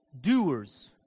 doers